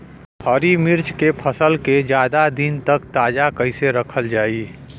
हरि मिर्च के फसल के ज्यादा दिन तक ताजा कइसे रखल जाई?